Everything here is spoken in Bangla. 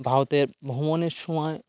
ভারতে ভ্রমণের সময়